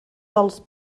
dels